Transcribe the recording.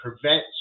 prevent